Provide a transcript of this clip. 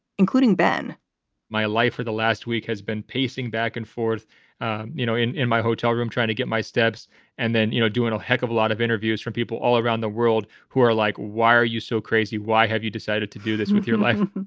including ben my life for the last week has been pacing back and forth and you know in in my hotel room, trying to get my steps and then, you know, doing a heck of a lot of interviews from people all around the world who are like, why are you so crazy? why have you decided to do this with your life?